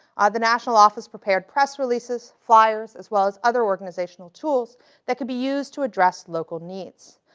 the national office prepared press releases, flyers, as well as other organizational tools that could be used to address local needs.